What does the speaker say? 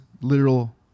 literal